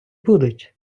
будуть